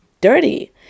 dirty